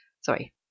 sorry